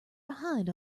behind